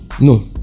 No